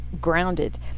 grounded